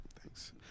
Thanks